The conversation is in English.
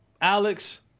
Alex